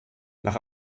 nach